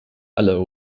aller